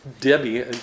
Debbie